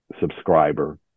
subscriber